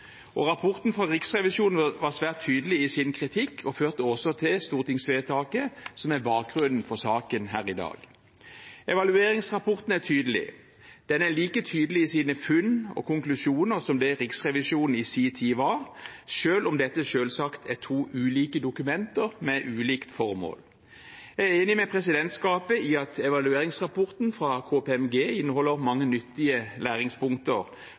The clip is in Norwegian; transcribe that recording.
Rapporten fra Riksrevisjonen var svært tydelig i sin kritikk og førte også til stortingsvedtaket som er bakgrunn for saken her i dag. Evalueringsrapporten er tydelig. Den er like tydelig i sine funn og konklusjoner som det Riksrevisjonen i sin tid var, selv om dette selvsagt er to ulike dokumenter med ulikt formål. Jeg er enig med presidentskapet i at evalueringsrapporten fra KPMG inneholder mange nyttige læringspunkter